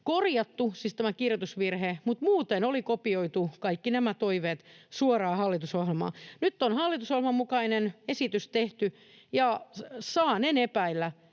kirjauksiin on korjattu, mutta muuten oli kopioitu kaikki nämä toiveet suoraan hallitusohjelmaan. Nyt on hallitusohjelman mukainen esitys tehty, ja saanen epäillä,